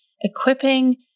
equipping